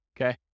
okay